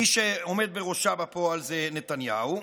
מי שעומד בראשה בפועל זה נתניהו,